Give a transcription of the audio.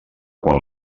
quan